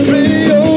Radio